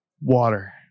Water